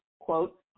quote